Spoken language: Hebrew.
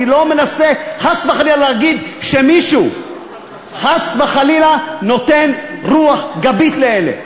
אני לא מנסה חס וחלילה להגיד שמישהו חס וחלילה נותן רוח גבית לאלה,